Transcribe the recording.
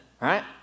right